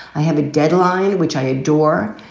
i have a deadline which i adore.